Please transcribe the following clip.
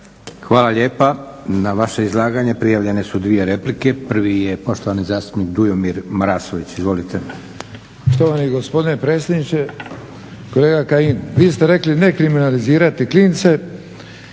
Hvala lijepa. Na vaše izlaganje prijavljene su 2 replike. Prvi je poštovani zastupnik Dujomir Marasović. Izvolite. **Marasović, Dujomir (HDZ)** Štovani gospodine predsjedniče, kolega Kajin vi ste rekli ne kriminalizirati klince,